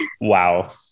Wow